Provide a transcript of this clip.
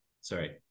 sorry